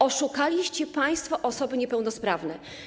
Oszukaliście państwo osoby niepełnosprawne.